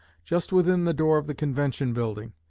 just within the door of the convention building.